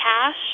cash